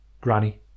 Granny